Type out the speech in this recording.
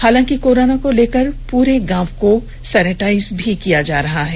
हालांकि कोरोना को लेकर पूरे गांव को सेनीटाइज किया जा रहा है